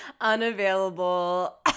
unavailable